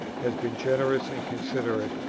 has been generous and considerate,